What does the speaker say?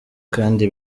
kandi